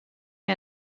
est